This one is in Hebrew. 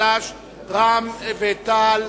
חד"ש ורע"ם-תע"ל.